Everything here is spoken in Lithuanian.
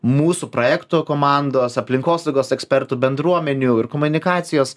mūsų projekto komandos aplinkosaugos ekspertų bendruomenių ir komunikacijos